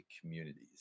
communities